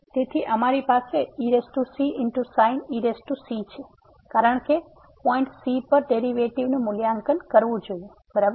તેથી અમારી પાસે ecsin ec છે કારણ કે પોઈંટ c પર ડેરિવેટિવ્ઝ નું મૂલ્યાંકન કરવું જોઈએ બરાબર